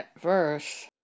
verse